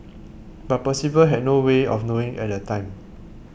but Percival had no way of knowing at the time